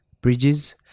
bridges